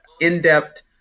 in-depth